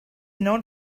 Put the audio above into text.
known